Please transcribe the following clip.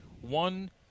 One